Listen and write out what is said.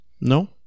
No